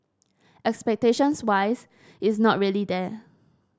expectations wise it's not really there